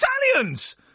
Italians